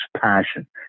passion